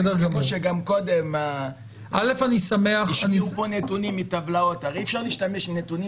כמו שקודם השמיעו פה נתונים מטבלאות הרי אי-אפשר להשתמש בנתונים